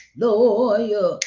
lawyer